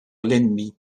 l’ennemi